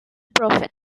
prophet